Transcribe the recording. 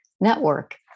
network